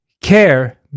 care